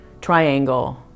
triangle